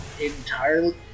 entirely